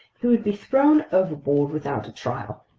he would be thrown overboard without a trial.